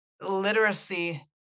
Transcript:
literacy